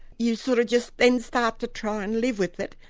you sort of just then start to try and live with it.